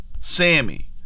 Sammy